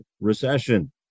recession